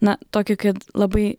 na tokio kad labai